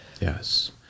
Yes